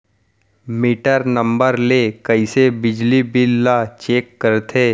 Metre number ले कइसे बिजली बिल ल चेक करथे?